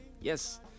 yes